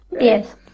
Yes